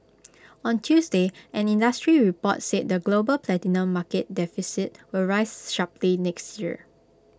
on Tuesday an industry report said the global platinum market deficit will rise sharply next year